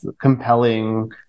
compelling